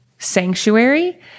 sanctuary